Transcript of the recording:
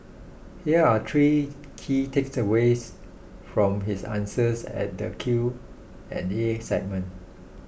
here are three key takeaways from his answers at the Q and the A segment